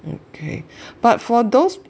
um okay but for those